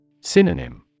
Synonym